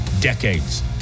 decades